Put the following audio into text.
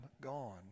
gone